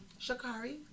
Shakari